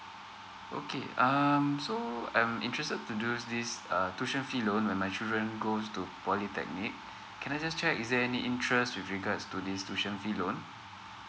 okay um so I'm interested to do this uh tuition fee loan when my children goes to polytechnic can I just check is there any interest with regards to this tuition fee loan